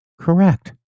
Correct